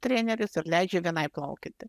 treneris ir leidžia vienai plaukioti